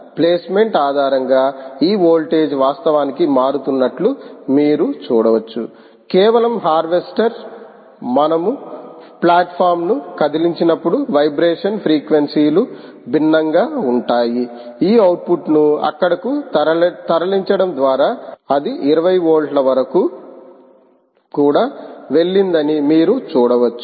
placement ఆధారంగా ఈ voltage వాస్తవానికి మారుతున్నట్లు మీరు చూడవచ్చు కేవలం హార్వెస్టర్ మనము ప్లాట్ఫారమ్ను కదిలించినప్పుడు వైబ్రేషన్ ఫ్రీక్వెన్సీలు భిన్నంగా ఉంటాయి ఈ అవుట్పుట్ను అక్కడకు తరలించడం ద్వారా అది 20 వోల్ట్ల వరకు కూడా వెళ్లిందని మీరు చూడవచ్చు